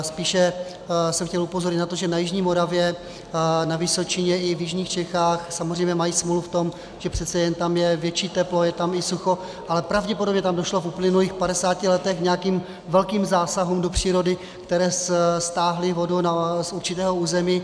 Spíše jsem chtěl upozornit na to, že na jižní na Moravě, na Vysočině i v jižních Čechách samozřejmě mají smůlu v tom, že přece jen je tam větší teplo, je tam i sucho, ale pravděpodobně tam došlo v uplynulých padesáti letech k nějakým velkým zásahům do přírody, které stáhly vodu z určitého území.